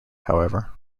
however